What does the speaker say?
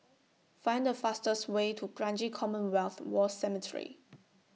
Find The fastest Way to Kranji Commonwealth War Cemetery